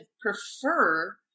prefer